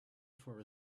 for